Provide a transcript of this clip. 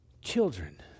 children